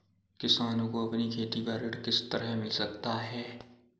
किसानों को अपनी खेती पर ऋण किस तरह मिल सकता है?